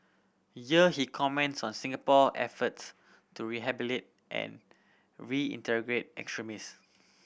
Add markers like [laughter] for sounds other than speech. [unintelligible] he comments on Singapore efforts to rehabilitate and we reintegrate extremist